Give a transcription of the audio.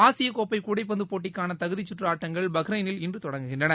ஆசிய கோப்பை கூடைப்பந்து போட்டிக்கான தகுதிச்சுற்று ஆட்டங்கள் பஹ்ரைனில் இன்று தொடங்குகின்றன